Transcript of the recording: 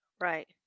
right